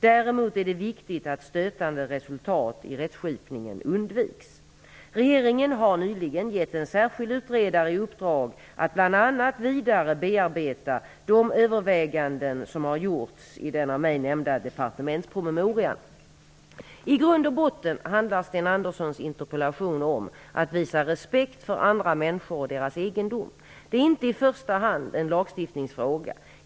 Däremot är det viktigt att stötande resultat i rättsskipningen undviks. Regeringen har nyligen gett en särskild utredare i uppdrag att bl.a. vidare bearbeta de överväganden som har gjorts i den av mig nämnda departementspromemorian. I grund och botten handlar Sten Anderssons interpellation om att visa respekt för andra människor och deras egendom. Detta är inte i första hand en lagstiftningsfråga.